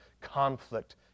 conflict